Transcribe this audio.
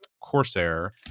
Corsair